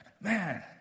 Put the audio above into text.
man